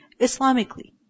Islamically